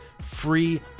free